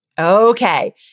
Okay